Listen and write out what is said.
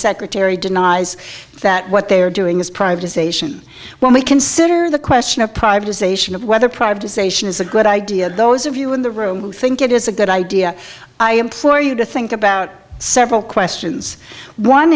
secretary denies that what they are doing is privatization when we consider the question of privatization of whether privatization is a good idea those of you in the room who think it is a good idea i implore you to think about several questions one